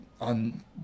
on